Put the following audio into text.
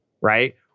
right